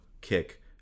kick